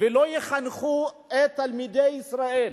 ולא יחנכו את תלמידי ישראל